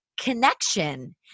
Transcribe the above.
connection